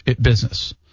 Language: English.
business